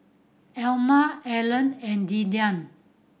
Elma Allan and Dillan